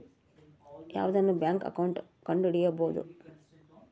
ಯಾವ್ದನ bank account ಕಂಡುಹಿಡಿಬೋದು